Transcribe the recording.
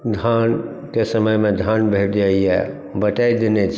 धानके समयमे धान भेट जाइए बटाइ देने छी